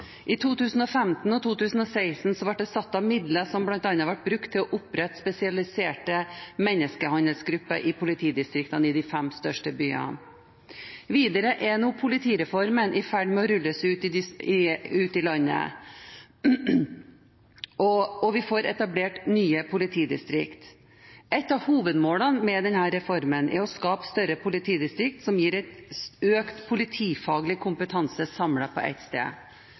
I 2015 og 2016 ble det satt av midler som bl.a. ble brukt til å opprette spesialiserte menneskehandelsgrupper i politidistriktene i de fem største byene. Videre er politireformen i ferd med å rulles ut i landet, og vi får etablert nye politidistrikt. Et av hovedmålene med denne reformen er å skape større politidistrikt, som gir økt politifaglig kompetanse samlet på ett sted.